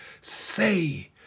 say